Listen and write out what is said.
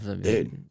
Dude